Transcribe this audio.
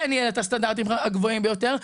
כן יהיו לה את הסטנדרטים הגבוהים ביותר,